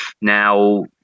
now